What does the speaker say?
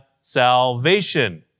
salvation